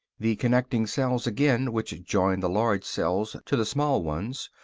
the connecting cells again, which join the large cells to the small ones,